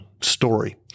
story